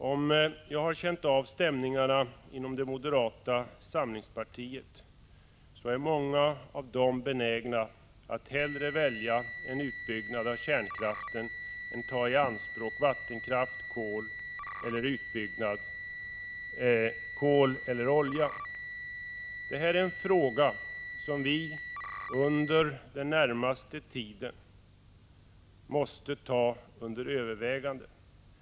Om jag har känt av stämningarna inom det moderata samlingspartiet riktigt, är många inom vårt parti benägna att hellre välja en utbyggnad av kärnkraften än ta i anspråk vattenkraft, kol eller olja. Det här är en fråga som vi under den närmaste tiden måste ta under övervägande.